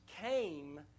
came